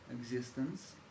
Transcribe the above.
existence